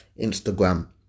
Instagram